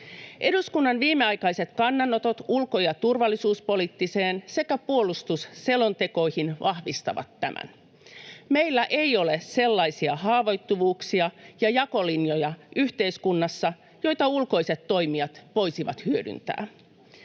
Eduskunnan viimeaikaiset kannanotot ulko- ja turvallisuuspoliittiseen sekä puolustusselontekoon vahvistavat tämän. Meillä ei ole sellaisia haavoittuvuuksia ja jakolinjoja yhteiskunnassa, joita ulkoiset toimijat voisivat hyödyntää.